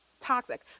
toxic